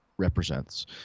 represents